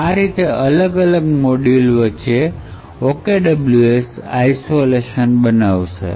અને આ રીતે અલગ અલગ મોડ્યુલ વચ્ચે OKWS isolation બનાવશે